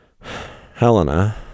Helena